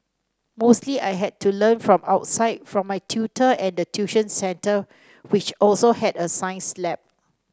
mostly I had to learn from outside from my tutor and the tuition centre which also had a science lab